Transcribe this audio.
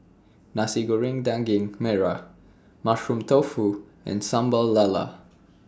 Nasi Goreng Daging Merah Mushroom Tofu and Sambal Lala